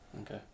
Okay